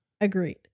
Agreed